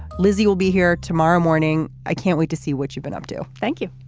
lizzie will be here tomorrow morning. i can't wait to see what you've been up to. thank you